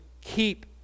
keep